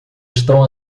estão